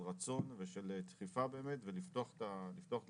של רצון, של דחיפה באמת ולפתוח דלתות.